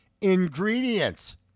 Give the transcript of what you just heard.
ingredients